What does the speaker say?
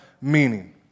meaning